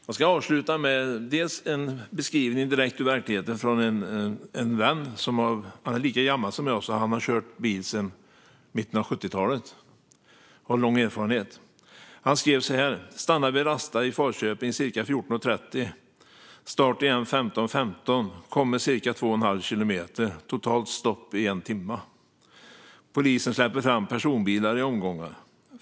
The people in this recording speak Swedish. Herr talman! Jag ska avsluta med en beskrivning från en vän, direkt ur verkligheten. Han är lika gammal som jag, så han har kört bil sedan mitten av 70-talet och har lång erfarenhet. Han skrev så här: Stannade vid Rasta i Falköping cirka 14.30. Start igen 15.15. Kommer cirka två och en halv kilometer. Totalt stopp i en timme. Polisen släpper fram personbilar i omgångar.